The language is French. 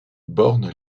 borne